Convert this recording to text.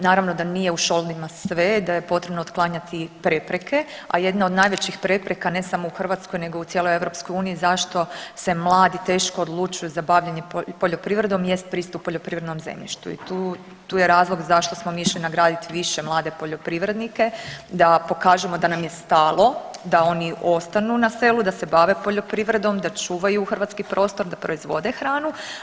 Naravno da nije u šoldima sve, da je potrebno otklanjati prepreke, a jedna od najvećih prepreka ne samo u Hrvatskoj nego u cijeloj EU zašto se mladi teško odlučuju za bavljenje poljoprivredom jest pristup poljoprivrednom zemljištu i tu je razlog zašto smo mi išli nagradit više mlade poljoprivrednike da pokažemo da nam je stalo, da oni ostanu na selu i da se bave poljoprivredom, da čuvaju hrvatski prostor, da proizvode hranu.